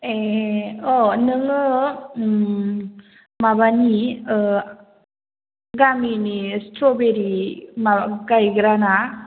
ए औ नोङो माबानि गामिनि स्त्र'बेरि माबा गायग्रा ना